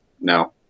no